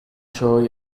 çoğu